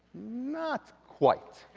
not quite.